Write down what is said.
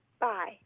bye